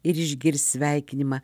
ir išgirs sveikinimą